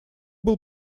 был